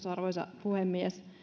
arvoisa puhemies